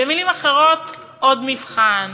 במילים אחרות, עוד מבחן